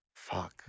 Fuck